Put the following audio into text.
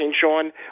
Sean